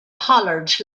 hollered